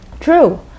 True